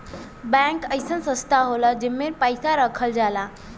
bank अइसन संस्था होला जेमन पैसा रखल जाला